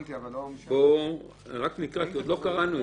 כי עוד לא קראנו את זה.